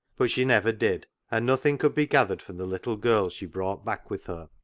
but she never did. and nothing could be gathered from the little girl she brought back with her,